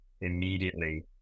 immediately